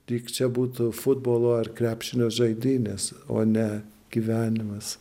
lyg čia būtų futbolo ar krepšinio žaidynės o ne gyvenimas